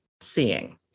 seeing